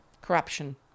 corruption